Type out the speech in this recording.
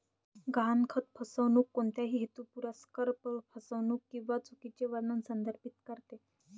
गहाणखत फसवणूक कोणत्याही हेतुपुरस्सर फसवणूक किंवा चुकीचे वर्णन संदर्भित करते